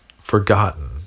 forgotten